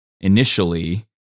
initially